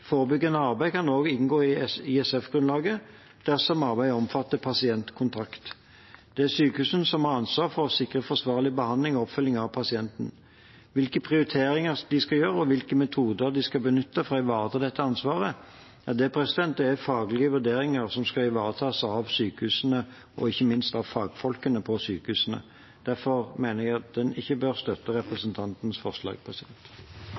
Forebyggende arbeid kan også inngå i ISF-grunnlaget dersom arbeidet omfatter pasientkontakt. Det er sykehusene som har ansvaret for å sikre forsvarlig behandling og oppfølging av pasienten. Hvilke prioriteringer de skal gjøre, og hvilke metoder de skal benytte for å ivareta dette ansvaret, er faglige vurderinger som skal ivaretas av sykehusene og ikke minst av fagfolkene på sykehusene. Derfor mener jeg at en ikke bør støtte representantenes forslag.